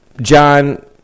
John